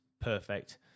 perfect